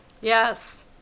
Yes